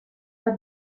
bat